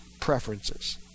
preferences